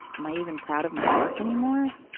am i even proud of my work anymore?